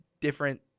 different